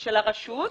של הרשות,